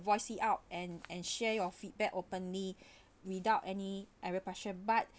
voice it out and and share your feedback openly without any question but